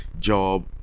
job